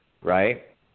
right